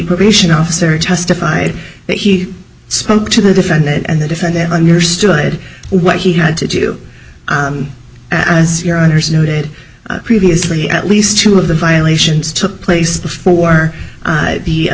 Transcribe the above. probation officer testified that he spoke to the defendant and the defendant understood what he had to do as your honour's noted previously at least two of the violations took place before the